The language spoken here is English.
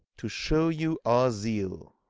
to show you our zeal.